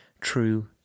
true